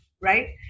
right